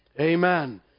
Amen